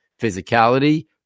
physicality